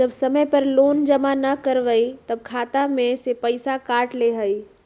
जब समय पर लोन जमा न करवई तब खाता में से पईसा काट लेहई?